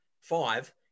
Five